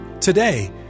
Today